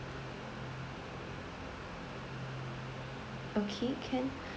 okay can